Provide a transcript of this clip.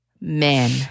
men